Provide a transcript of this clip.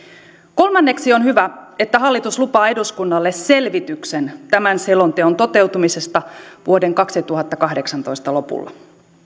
kolmanneksi on hyvä että hallitus lupaa eduskunnalle selvityksen tämän selonteon toteutumisesta vuoden kaksituhattakahdeksantoista lopulla